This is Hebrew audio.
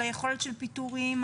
על יכולת פיטורין,